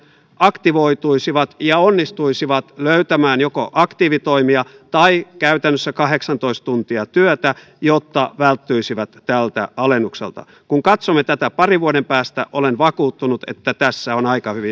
aktivoituisivat ja onnistuisivat löytämään joko aktiivitoimia tai käytännössä kahdeksantoista tuntia työtä jotta välttyisivät tältä alennukselta kun katsomme tätä parin vuoden päästä olen vakuuttunut että tässä on aika hyvin